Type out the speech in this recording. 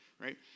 right